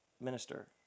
minister